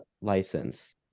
license